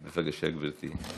בבקשה, גברתי.